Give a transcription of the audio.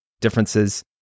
differences